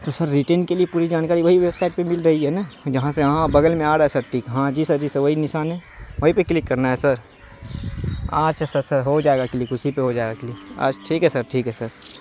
تو سر ریٹین کے لیے پوری جانکاری وہی ویب سائٹ پہ مل رہی ہے نا جہاں سے ہاں بگل میں آ رہا ہے سر ٹیک ہاں جی سر جی سر وہی نشان ہے وہیں پہ کلک کرنا ہے سر ہاں اچھا سر سر ہو جائے گا اسی پہ ہو جائے گا کلک اچھا ٹھیک ہے سر ٹھیک ہے سر